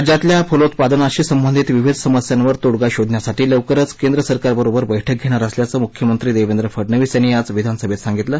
राज्यातल्या फलोत्पादनाशी संबंधीत विविध समस्यावर तोडगा शोधण्यासाठी लवकरचं केंद्र सरकारबरोबर बैठक घेणार असल्याचं मुख्यमंत्री देवेंद्र फडनवीस यांनी आज विधानसभेत सांगितलं